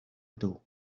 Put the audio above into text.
ydw